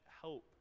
help